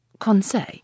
Conseil